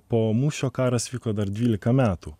po mūšio karas vyko dar dvylika metų